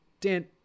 Dan